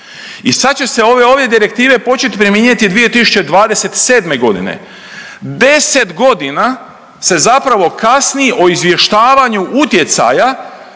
i sad će se ove direktive počet primjenjivat 2027.g., 10 godina se zapravo kasni o izvještavanju utjecaja